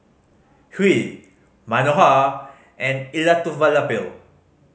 Hri Manohar and Elattuvalapil